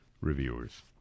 reviewers